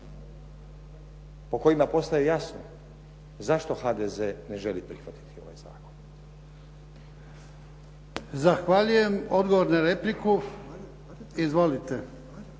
po kojima postaje jasno zašto HDZ ne želi prihvatiti ovaj zakon.